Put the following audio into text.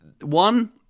One